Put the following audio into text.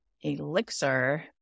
elixir